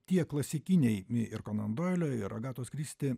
tie klasikinei ir konondoilio ir agatos kristi